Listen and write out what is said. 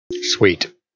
Sweet